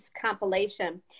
compilation